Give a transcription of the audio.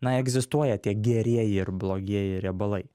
na egzistuoja tie gerieji ir blogieji riebalai